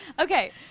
Okay